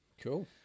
Cool